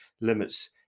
limits